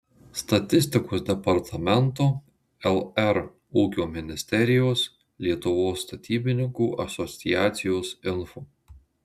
statistikos departamento lr ūkio ministerijos lietuvos statybininkų asociacijos info